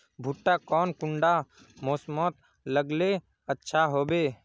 भुट्टा कौन कुंडा मोसमोत लगले अच्छा होबे?